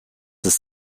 ist